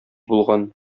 булган